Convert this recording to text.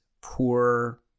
poor